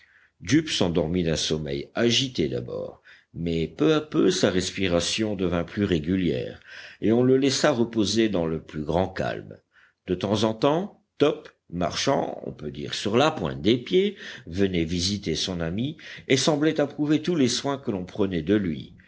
jup s'endormit d'un sommeil agité d'abord mais peu à peu sa respiration devint plus régulière et on le laissa reposer dans le plus grand calme de temps en temps top marchant on peut dire sur la pointe des pieds venait visiter son ami et semblait approuver tous les soins que l'on prenait de lui